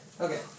Okay